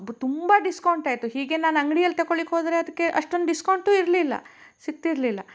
ಬು ತುಂಬ ಡಿಸ್ಕೌಂಟ್ ಆಯಿತು ಹೀಗೆ ನಾನು ಅಂಗ್ಡಿಯಲ್ಲಿ ತಗೊಳ್ಳಿಕ್ ಹೋದರೆ ಅದ್ಕೆ ಅಷ್ಟೊಂದು ಡಿಸ್ಕೌಂಟು ಇರಲಿಲ್ಲ ಸಿಗ್ತಿರಲಿಲ್ಲ